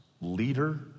leader